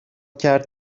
کرد